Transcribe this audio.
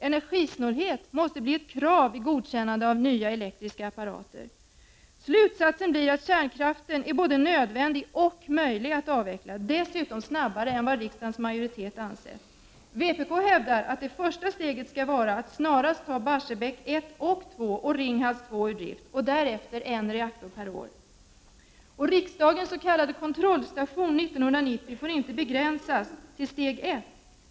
Energisnålhet måste bli ett krav vid godkännandet av nya elektriska apparater. Slutsatsen blir att kärnkraften både är nödvändig och möjlig att avveckla och att det dessutom går att genomföra snabbare än vad riksdagens majoritet ansett. Vpk hävdar att det första steget skall vara att snarast ta Barsebäck 1 och 2 samt Ringhals 2 ur drift och därefter en reaktor per år. Riksdagens s.k. kontrollstation år 1990 får inte begränsas till steg 1.